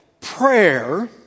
prayer